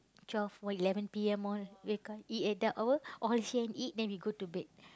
twelve or eleven P_M all wake up eat at that hour all share and eat then we go to bed